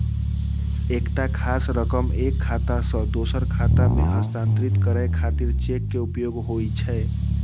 एकटा खास रकम एक खाता सं दोसर खाता मे हस्तांतरित करै खातिर चेक के उपयोग होइ छै